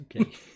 Okay